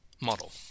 model